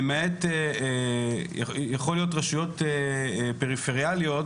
יכול להיות רשויות פריפריאליות,